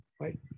right